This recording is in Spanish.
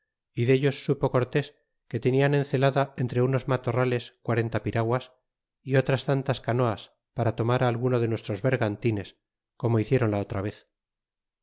y dellos supo cortés que tenian en zelada entre unos matorrales quarenta piraguas y otras tantas canoas para tomar á alguno de nuestros bergantines como hiciéron la otra vez